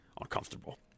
uncomfortable